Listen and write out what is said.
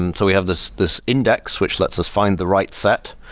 and so we have this this index, which lets us find the right set.